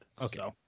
okay